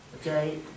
Okay